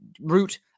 root